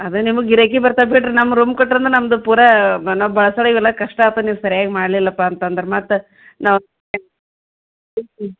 ಅದೇ ನಿಮ್ಗೆ ಗಿರಾಕಿ ಬರ್ತಾರೆ ಬಿಡ್ರಿ ನಮ್ಮ ರೂಮ್ ಕಟ್ಟೋದನ್ನ ನಮ್ದು ಪೂರಾ ಬ ನಾವು ಬಳಸೋರಿಗೆಲ್ಲ ಕಷ್ಟ ಆಗ್ತದ್ ನೀವು ಸರ್ಯಾಗಿ ಮಾಡಲಿಲ್ಲಪ್ಪ ಅಂತಂದ್ರೆ ಮತ್ತೆ ನಾವು